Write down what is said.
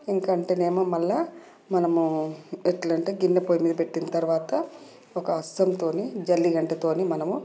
ఇంకా అంటే ఏమో మళ్ళా మనము ఎట్లా అంటే గిన్నె పోయి మీద పెట్టిన తర్వాత ఒక హస్తంతోని జల్లిగరిటతోని మనము